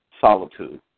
Solitude